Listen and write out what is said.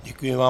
Děkuji vám.